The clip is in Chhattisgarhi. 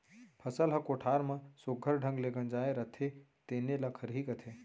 फसल ह कोठार म सुग्घर ढंग ले गंजाय रथे तेने ल खरही कथें